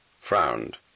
frowned